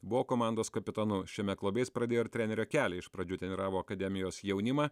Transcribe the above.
buvo komandos kapitonu šiame klube jis pradėjo ir trenerio kelią iš pradžių treniravo akademijos jaunimą